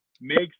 makes